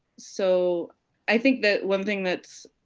so i think that one thing that's